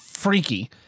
freaky